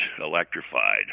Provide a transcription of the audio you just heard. electrified